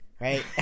Right